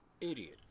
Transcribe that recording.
Idiots